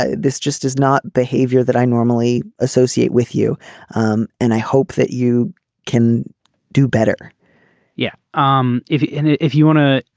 this just is not behavior that i normally associate with you um and i hope that you can do better yeah. um if if you want to.